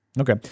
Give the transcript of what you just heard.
Okay